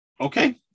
okay